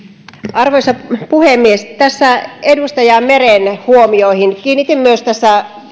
arvoisa puhemies edustaja meren huomioihin kiinnitin myös tässä